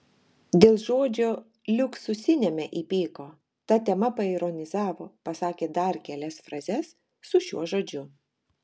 dėl žodžio liuksusiniame įpyko ta tema paironizavo pasakė dar kelias frazes su šiuo žodžiu